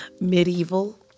Medieval